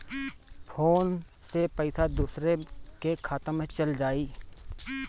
Phone से पईसा दूसरे के खाता में चल जाई?